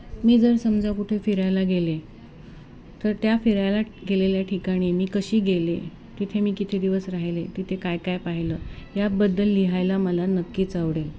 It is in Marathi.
मी जर समजा कुठे फिरायला गेले तर त्या फिरायला गेलेल्या ठिकाणी मी कशी गेले तिथे मी किती दिवस राहिले तिथे काय काय पाहिलं याबद्दल लिहायला मला नक्कीच आवडेल